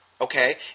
okay